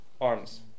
arms